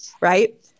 right